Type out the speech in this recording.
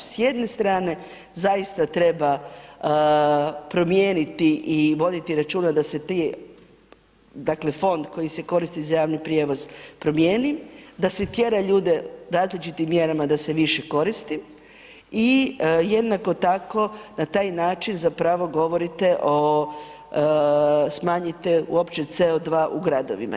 S jedne strane zaista treba promijeniti i voditi računa da se ti, dakle fond koji se koristi za javni prijevoz promijeni, da se tjera ljude različitim mjerama da se više koristi i jednako tako, na taj način zapravo govorite o, smanjite uopće CO2 u gradovima.